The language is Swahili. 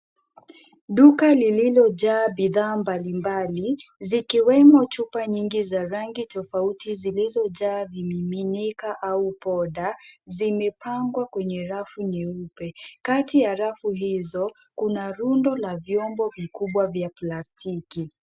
Duka lililojaa bidhaa mbalimbali, zikiwemo chupa nyingi za rangi tofauti zilizojaa vimiminika au poda, zimepangwa kwenye rafu nyeupe. Kati ya rafu hizo, kuna rundo la vyombo vikubwa vya plastiki.